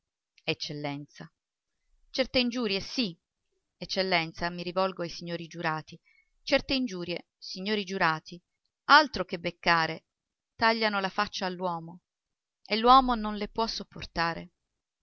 eccellenza certe ingiurie sì eccellenza mi rivolgo ai signori giurati certe ingiurie signori giurati altro che beccare tagliano la faccia all'uomo e l'uomo non le può sopportare